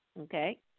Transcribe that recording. Okay